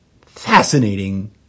fascinating